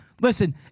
Listen